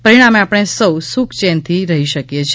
પરિણામે આપણે સૌ સુખ ચેનથી રહી શકીએ છીએ